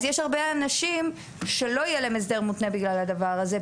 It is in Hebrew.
אז יש הרבה אנשים שלא יהיה להם הסדר מותנה בגלל הדבר הזה,